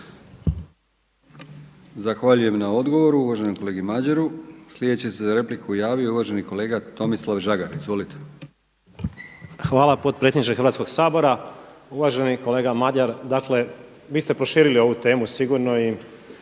Zahvaljujem na odgovoru uvaženom kolegi Madjeru. Sljedeći se za repliku javio uvaženi kolega Tomislav Žagar. **Žagar, Tomislav (Nezavisni)** Hvala potpredsjedniče Hrvatskoga sabora. Uvaženi kolega Madjer, dakle vi ste proširili ovu temu sigurno i,